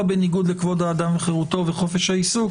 בניגוד לכבוד האדם וחירותו וחופש העיסוק,